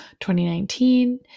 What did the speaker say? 2019